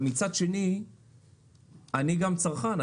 אבל מצד שני אני גם צרכן.